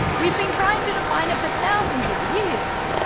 we've been trying to define it for thousands of years.